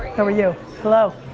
how are you? hello,